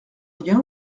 lien